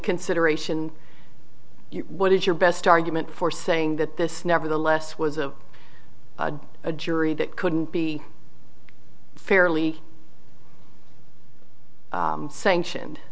consideration what is your best argument for saying that this nevertheless was of a jury that couldn't be fairly sanctioned